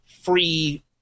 free